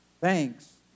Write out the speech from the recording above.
thanks